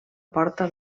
porta